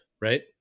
right